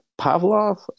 Pavlov